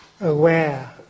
Aware